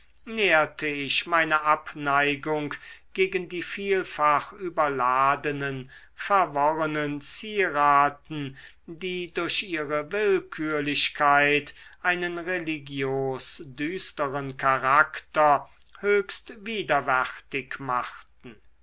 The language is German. nährte ich meine abneigung gegen die vielfach überladenen verworrenen zieraten die durch ihre willkürlichkeit einen religios düsteren charakter höchst widerwärtig machten